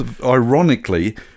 Ironically